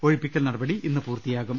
ഒഴി പ്പിക്കൽ നടപടി ഇന്ന് പൂർത്തിയാകും